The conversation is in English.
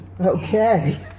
Okay